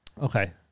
Okay